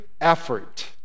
effort